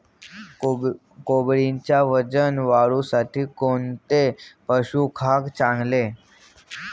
कोंबडीच्या वजन वाढीसाठी कोणते पशुखाद्य चांगले?